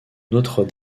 notre